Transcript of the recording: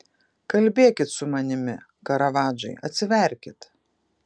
kalbėkit su manimi karavadžai atsiverkit